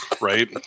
right